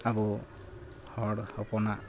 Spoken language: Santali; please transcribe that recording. ᱟᱵᱚ ᱦᱚᱲ ᱦᱚᱯᱚᱱᱟᱜ